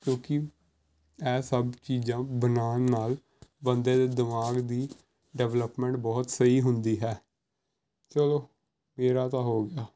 ਕਿਉਂਕਿ ਇਹ ਸਭ ਚੀਜ਼ਾਂ ਬਣਾਉਣ ਨਾਲ ਬੰਦੇ ਦੇ ਦਿਮਾਗ ਦੀ ਡਿਵਲਪਮੈਂਟ ਬਹੁਤ ਸਹੀ ਹੁੰਦੀ ਹੈ ਚੱਲੋ ਮੇਰਾ ਤਾਂ ਹੋ ਗਿਆ